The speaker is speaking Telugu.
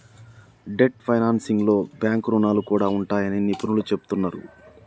డెట్ ఫైనాన్సింగ్లో బ్యాంకు రుణాలు కూడా ఉంటాయని నిపుణులు చెబుతున్నరు